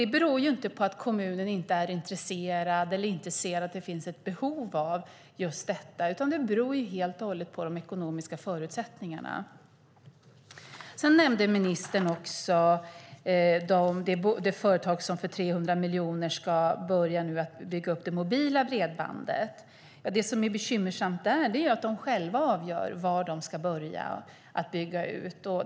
Det beror inte på att kommunen inte är intresserad eller inte ser att det finns ett behov av just detta, utan det beror helt och hållet på de ekonomiska förutsättningarna. Ministern nämnde också det företag som för 300 miljoner nu ska börja bygga upp det mobila bredbandet. Det bekymmersamma är att de själva avgör var de ska börja bygga ut.